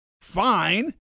fine